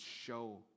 show